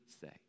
say